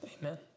amen